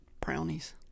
brownies